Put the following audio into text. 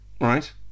Right